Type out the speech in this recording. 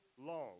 long